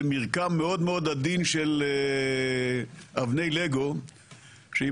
זה מרקם מאוד מאוד עדין של אבני לגו שאם